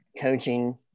coaching